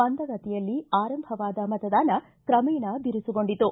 ಮಂದಗತಿಯಲ್ಲಿ ಆರಂಭವಾದ ಮತದಾನ ಕ್ರಮೇಣ ಬಿರುಸುಗೊಂಡಿತು